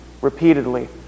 repeatedly